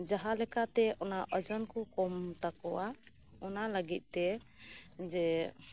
ᱡᱟᱸᱦᱟ ᱞᱮᱠᱟᱛ ᱳᱡᱚᱱ ᱠᱚ ᱠᱚᱢ ᱛᱟᱠᱚᱭᱟ ᱚᱱᱟ ᱞᱟᱹᱜᱤᱫ ᱛᱮ ᱡᱮ